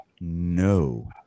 no